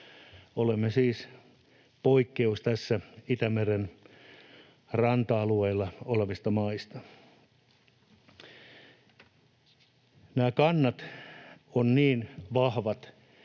Olemme siis poikkeus tässä Itämeren ranta-alueilla olevista maista. Nämä kannat ovat niin vahvat,